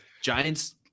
Giants